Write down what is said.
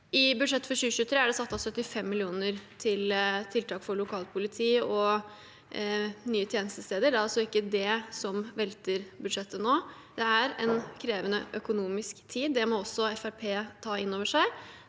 I budsjettet for 2023 er det satt av 75 mill. kr til tiltak for lokalt politi og nye tjenestesteder. Det er altså ikke det som velter budsjettet nå. Det er en krevende økonomisk tid – det må også Fremskrittspartiet